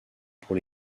pour